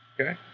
Okay